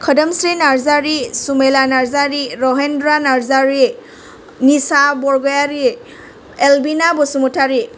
खोदोमस्रि Narzary Sumela Narzary Rahendra' Narzary Nisha Borgoyary Elbina Basumatary